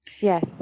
yes